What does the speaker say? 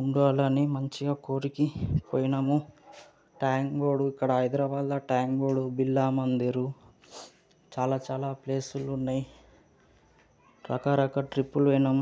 ఒంగోలని మంచిగా ఊరికి పోయినాము ట్యాంక్ బండు ఇక్కడ హైదరాబాద్లో ట్యాంక్ బండు బిర్లా మందిర్ చాలా చాలా ప్లేసులు ఉన్నాయి రకరకాల ట్రిప్పులు పోయినాం